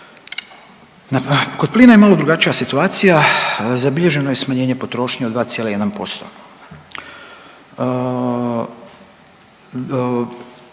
kod plina je malo drugačija situacija. Zabilježeno je smanjenje potrošnje od 2,1%.